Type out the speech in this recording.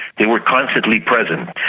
they were constantly present.